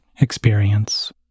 experience